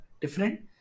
different